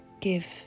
give